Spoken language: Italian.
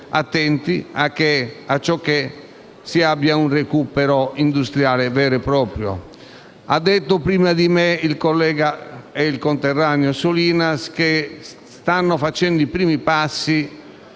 attenti affinché si abbia un recupero industriale vero e proprio. Ha detto prima di me il collega e conterraneo Solinas che stanno facendo i primi passi